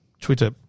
Twitter –